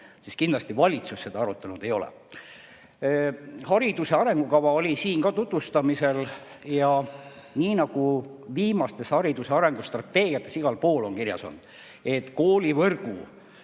Kindlasti valitsus seda arutanud ei ole. Hariduse arengukava oli siin ka tutvustamisel. Nii nagu viimastes hariduse arengustrateegiates igal pool kirjas on, koolivõrgu